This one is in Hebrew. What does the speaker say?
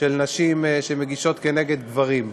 שנשים שמגישות נגד גברים.